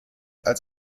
als